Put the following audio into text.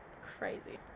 crazy